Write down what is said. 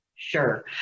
Sure